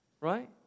right